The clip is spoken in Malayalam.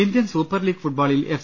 ഇന്ത്യൻ സൂപ്പർലീഗ് ഫുട്ബോളിൽ എഫ്